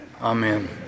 Amen